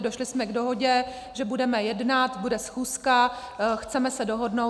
Došli jsme k dohodě, že budeme jednat, bude schůzka, chceme se dohodnout.